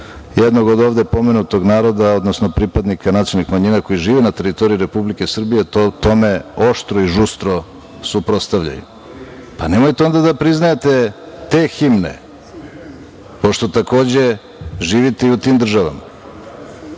jednog, od ovde pomenutog naroda, odnosno pripadnika nacionalnih manjina, koji žive na teritoriji Republike Srbije, tome oštro i žustro suprotstavljaju? Pa, nemojte onda da priznajete te himne, pošto takođe živite i u tim državama.